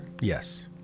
Yes